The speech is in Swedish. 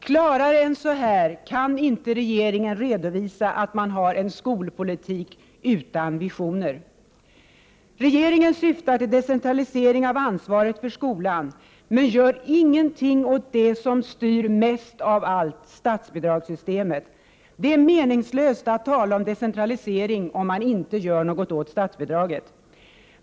Klarare än så här kan inte regeringen redovisa att man har en skolpolitik utan visioner. Regeringen syftar till decentralisering av ansvaret för skolan men gör ingenting åt det som styr mest av allt — statsbidragssystemet. Det är meningslöst att tala om decentralisering om man inte gör något åt statsbidraget!